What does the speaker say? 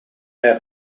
air